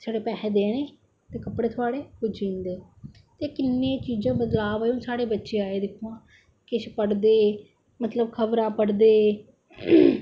छडे़ पेसे देने ते कपडे़ थुआढ़े पुज्जी जंदे ते किन्नियें चीजें दे बदलाब अवा दे हून साढ़े बच्चे दिक्खो हां किश पढ़दे मतलब खब़रां पढ़दे